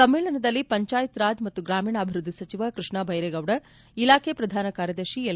ಸಮ್ಮೇಳನದಲ್ಲಿ ಪಂಚಾಯತ್ ರಾಜ್ ಮತ್ತು ಗ್ರಾಮೀಣಾಭಿವೃದ್ದಿ ಸಚಿವ ಕೃಷ್ಣ ಬೈರೇಗೌಡ ಇಲಾಖೆಯ ಪ್ರಧಾನ ಕಾರ್ಯದರ್ಶಿ ಎಲ್